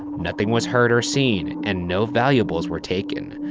nothing was heard or seen. and no valuables were taken.